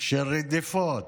של רדיפות,